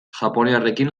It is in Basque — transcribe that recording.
japoniarrekin